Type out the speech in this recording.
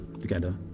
together